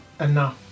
enough